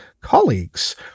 colleagues